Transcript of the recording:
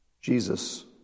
Jesus